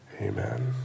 amen